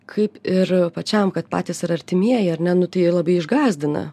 kaip ir pačiam kad patys ir artimieji ar ne nu tai labai išgąsdina